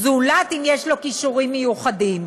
זולת אם יש לו כישורים מיוחדים.